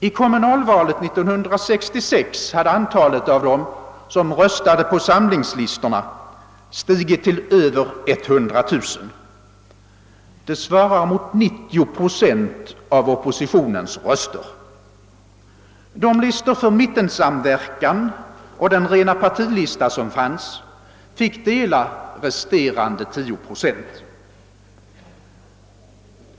I kommunalvalet 1966 hade antalet av dem, som röstade på samlingslistorna, stigit till över 100 000. Det svarar mot 90 procent av oppositionens röster. De listor för mittensamverkan och den rena partilista som fanns fick dela resterande 10 procent.